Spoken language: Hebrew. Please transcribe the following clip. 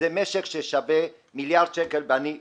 זה משק ששווה מיליארד שקל, ואני מתנצל,